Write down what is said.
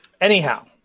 Anyhow